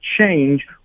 change